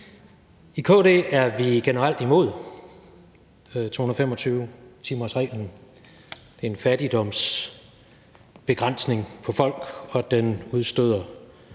I KD er vi generelt imod 225-timersreglen. Det er en fattigdomsbegrænsning for folk, og den udstøder